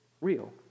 real